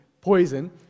poison